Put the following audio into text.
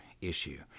issue